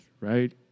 right